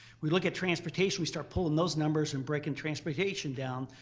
we look at transportation we start pulling those numbers and breaking transportation down.